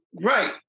Right